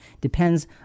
depends